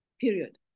period